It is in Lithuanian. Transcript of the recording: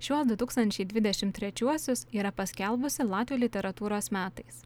šiuos du tūkstančiai dvidešim trečiuosius yra paskelbusi latvių literatūros metais